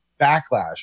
backlash